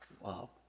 Wow